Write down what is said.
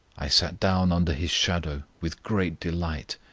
i sat down under his shadow with great delight,